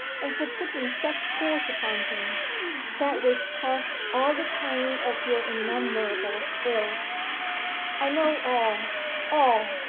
and for putting such force upon him that which caused all the train of your innumerable ills i know all all.